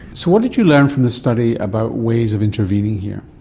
so what did you learn from this study about ways of intervening here?